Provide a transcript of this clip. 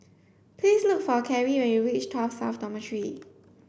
please look for Karie when you reach Tuas South Dormitory